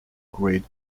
grid